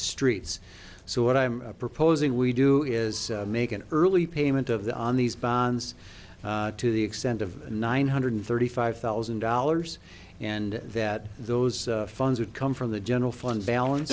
streets so what i'm proposing we do is make an early payment of that on these bonds to the extent of nine hundred thirty five thousand dollars and that those funds would come from the general fund balance